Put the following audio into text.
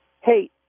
hey